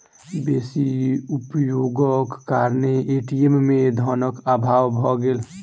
बेसी उपयोगक कारणेँ ए.टी.एम में धनक अभाव भ गेल